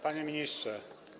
Panie Ministrze!